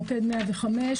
מוקד 105,